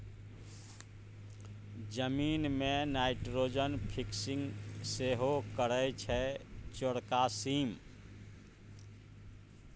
जमीन मे nitrogen fixing सेहो करय छै चौरका सीम